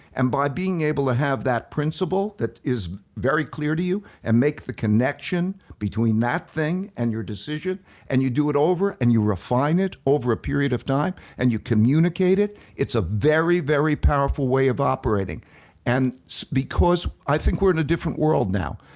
and by being able to have that principle that is very clear to you and make the connection between that thing and your decision and you do it over and you refine it over a period of time and you communicate it, it's a very, very powerful way of operating and so because i think we're in a different world now.